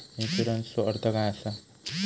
इन्शुरन्सचो अर्थ काय असा?